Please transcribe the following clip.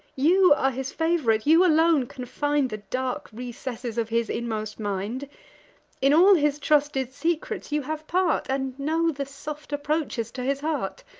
you are his fav'rite you alone can find the dark recesses of his inmost mind in all his trusted secrets you have part, and know the soft approaches to his heart.